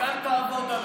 רק אל תעבוד עלינו.